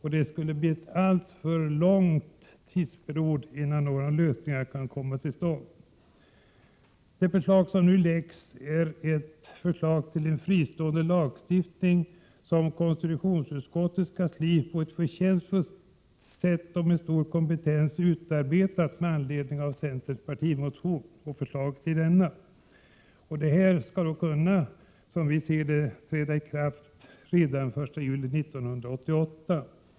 Det skulle därmed bli fråga om en alltför lång tid innan någon lösning kan komma till stånd. Det förslag som nu läggs fram innebär en fristående lagstiftning, som konstitutionsutskottets kansli på ett förtjänstfullt sätt och med stor kompetens har utarbetat med anledning av förslaget i centerns partimotion. Denna lagstiftning skulle enligt vår uppfattning kunna träda i kraft redan den 1 juli 1988.